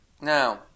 Now